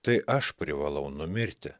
tai aš privalau numirti